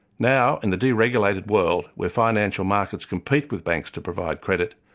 now, in the deregulated world, where financial markets compete with banks to provide credit,